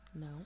no